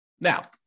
Now